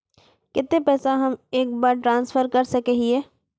केते पैसा हम एक बार ट्रांसफर कर सके हीये?